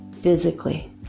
physically